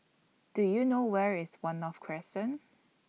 Do YOU know Where IS one North Crescent